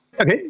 Okay